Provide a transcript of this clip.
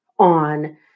on